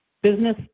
Business